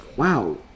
Wow